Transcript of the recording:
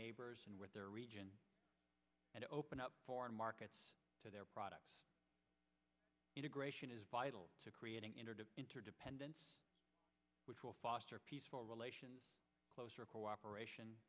neighbors and with their region and open up foreign markets to their products integration is vital to creating interdependence which will foster peaceful relations closer cooperation